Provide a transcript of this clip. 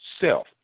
self